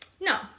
No